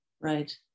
Right